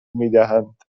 میدهند